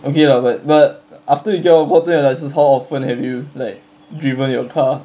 okay lah but but after you get uh gotten your license how often have you like driven your car